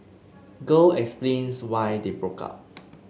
girl explains why they broke up